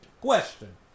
Question